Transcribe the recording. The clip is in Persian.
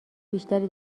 بیشتری